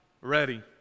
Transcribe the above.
ready